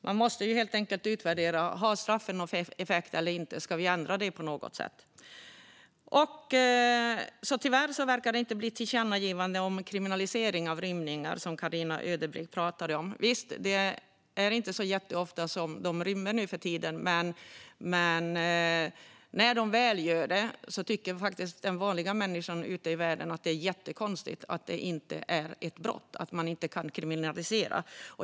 Man måste utvärdera om straffen har någon effekt eller inte och om de ska ändras på något sätt. Tyvärr verkar det inte bli ett tillkännagivande om att kriminalisera rymningar, som Carina Ödebrink pratade om. Det är inte jätteofta de rymmer nu för tiden, men när de väl gör det tycker faktiskt den vanliga människan ute i världen att det är jättekonstigt att det inte är ett brott och att det inte kan kriminaliseras.